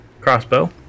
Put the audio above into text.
crossbow